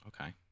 Okay